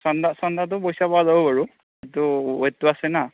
চন্দা চান্দাটো পইছা পাৱা যাবো বাৰু সেইটো ৱেটতো আছে না